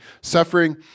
Suffering